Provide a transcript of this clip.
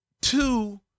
Two